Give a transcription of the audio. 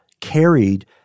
carried –